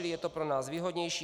Je to pro nás výhodnější.